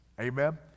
Amen